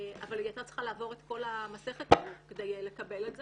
אבל היא הייתה צריכה לעבור את כל המסכת הזאת כדי לקבל את זה.